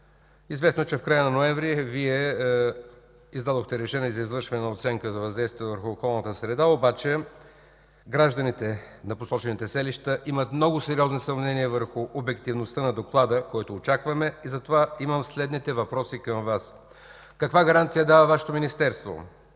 Известно е, че в края на месец ноември Вие издадохте решение за извършване на оценка на въздействието върху околната среда, обаче гражданите на посочените селища имат много сериозни съмнения върху обективността на доклада, който очакваме, и затова имам следните въпроси към Вас: Първо, каква гаранция дава Вашето министерство,